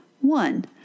One